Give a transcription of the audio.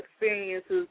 experiences